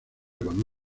con